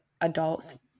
adults